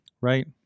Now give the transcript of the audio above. right